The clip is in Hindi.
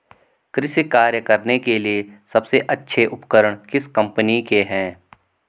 कृषि कार्य करने के लिए सबसे अच्छे उपकरण किस कंपनी के हैं?